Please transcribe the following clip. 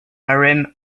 urim